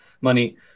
money